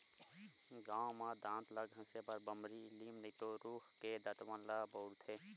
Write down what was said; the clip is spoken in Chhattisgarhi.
गाँव म दांत ल घसे बर बमरी, लीम नइते रूख के दतवन ल बउरथे